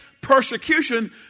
persecution